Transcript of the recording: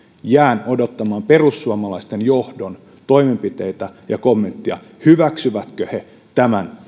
jään odottamaan perussuomalaisten johdon toimenpiteitä ja kommenttia hyväksyvätkö he tämän